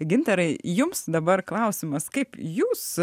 gintarai jums dabar klausimas kaip jūs